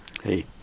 Hey